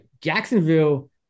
Jacksonville